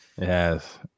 yes